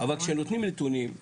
אבל כשנותנים נתונים.